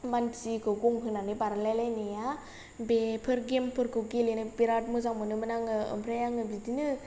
मानसिखौ गं होनानै बारलायलायनाया बेफोर गेमफोरखौ गेलेनो बिराद मोजां मोनोमोन आङो ओमफ्राय आङो बिदिनो